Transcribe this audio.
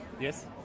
yes